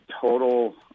total